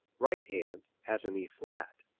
right hand, has an e flat,